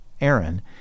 Aaron